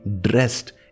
dressed